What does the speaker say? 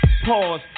Pause